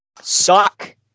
suck